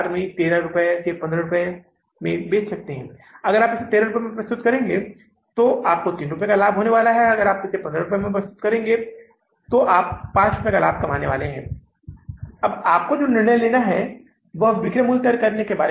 हमें कितना भुगतान करना है यह राशि जो हम भुगतान कर रहे हैं वह जुलाई के महीने में 80000 है जो उस अनुसूची से भी आ रही है और फिर हमें अन्य चर खर्चों के लिए कितना भुगतान करना है